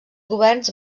governs